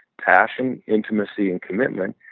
passion, intimacy and commitment,